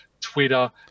Twitter